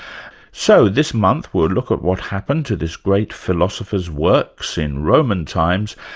so this month, we'll look at what happened to this great philosopher's works in roman times,